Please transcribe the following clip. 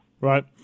right